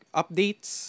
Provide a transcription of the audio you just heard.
updates